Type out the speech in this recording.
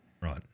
Right